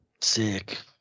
sick